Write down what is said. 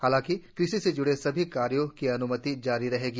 हालांकि कृषि से ज्ड़े सभी कार्यों की अन्मति जारी रहेगी